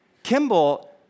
Kimball